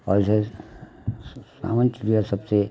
ऐसे सावन चिड़ियाँ सबसे